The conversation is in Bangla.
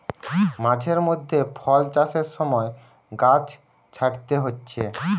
মাঝে মধ্যে ফল চাষের সময় গাছ ছাঁটতে হচ্ছে